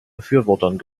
befürwortern